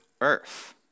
earth